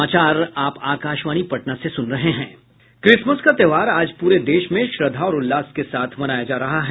Christmas का त्योहार आज पूरे देश में श्रद्धा और उल्लास के साथ मनाया जा रहा है